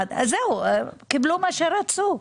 זהו, הם קיבלו את מה שהם רצו.